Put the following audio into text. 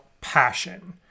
passion